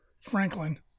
Franklin